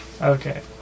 Okay